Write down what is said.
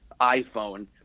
iPhone